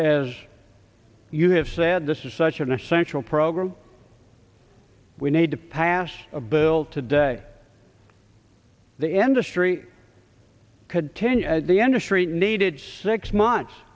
as you have said this is such an essential program we need to pass a bill today the industry could tenure as the industry needed six months